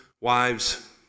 wives